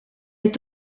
est